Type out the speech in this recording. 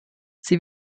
sie